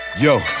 Yo